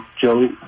Joe